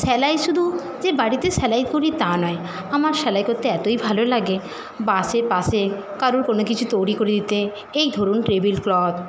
সেলাই শুধু যে বাড়িতে সেলাই করি তা নয় আমার সেলাই করতে এতোই ভালো লাগে বা আশেপাশে কারোর কোনো কিছু তৈরি করে দিতে এই ধরুন টেবিল ক্লথ